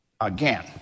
again